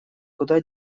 куда